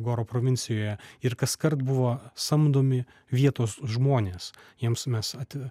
goro provincijoje ir kaskart buvo samdomi vietos žmonės jiems mes at